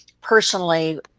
personally